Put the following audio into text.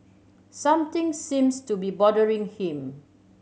something seems to be bothering him